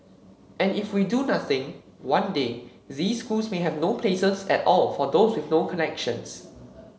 and if we do nothing one day these schools may have no places at all for those with no connections